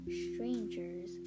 strangers